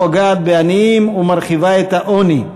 פוגעת בעניים ומרחיבה את העוני.